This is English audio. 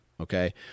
Okay